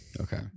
okay